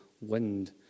wind